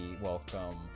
welcome